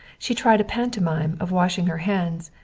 she tried a pantomime of washing her hands,